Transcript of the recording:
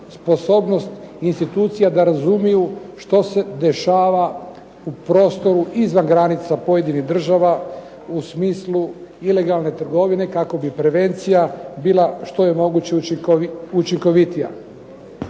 sposobnost institucija da razumiju što se dešava u prostoru iza granica pojedinih država u smislu ilegalne trgovine kako bi prevencija bila što je moguće učinkovitija.